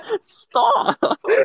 Stop